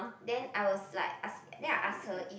then I was like ask then I ask her if